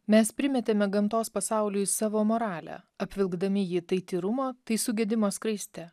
mes primetėme gamtos pasauliui savo moralę apvilkdami jį tai tyrumo tai sugedimo skraiste